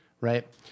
right